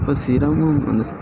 இப்போ சிரமம்